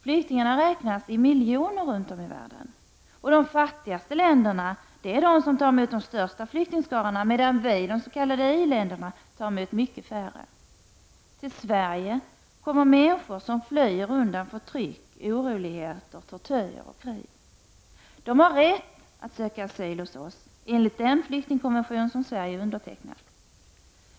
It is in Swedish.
Flyktingarna räknas i miljoner runtom i världen. De fattigaste länderna tar emot de största flyktingskarorna medan vi i de s.k. i-länderna tar emot mycket färre. Till Sverige kommer människor som flyr undan förtryck, oroligheter, tortyr och krig. De har rätt att söka asyl hos oss enligt den flyktingkonvention som Sverige undertecknat.